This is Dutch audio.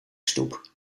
stoep